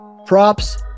props